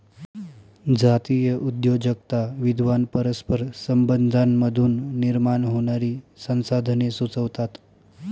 जातीय उद्योजकता विद्वान परस्पर संबंधांमधून निर्माण होणारी संसाधने सुचवतात